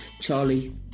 Charlie